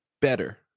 better